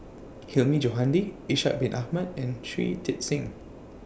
Hilmi Johandi Ishak Bin Ahmad and Shui Tit Sing